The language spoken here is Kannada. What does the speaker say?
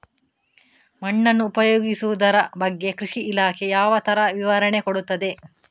ಮಣ್ಣನ್ನು ಉಪಯೋಗಿಸುದರ ಬಗ್ಗೆ ಕೃಷಿ ಇಲಾಖೆ ಯಾವ ತರ ವಿವರಣೆ ಕೊಡುತ್ತದೆ?